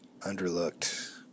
underlooked